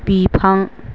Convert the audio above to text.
बिफां